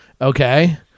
okay